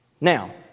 Now